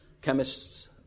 Chemists